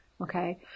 okay